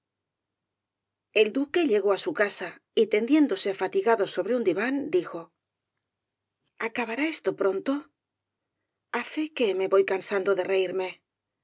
el duque llegó á su casa y tendiéndose fatigado sobre un diván dijo acabará esto pronto á fe que me voy cansando de reirme